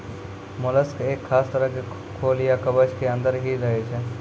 mollusc एक खास तरह के खोल या कवच के अंदर हीं रहै छै